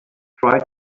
try